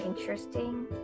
interesting